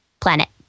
planet